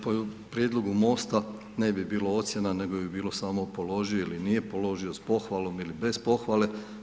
Po prijedlogu MOST-a ne bi bilo ocjena nego bi bilo samo položio ili nije položio sa pohvalom ili bez pohvale.